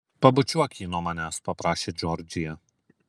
pabučiuok jį nuo manęs paprašė džordžija